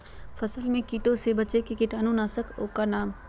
फसल में कीटों से बचे के कीटाणु नाशक ओं का नाम?